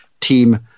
team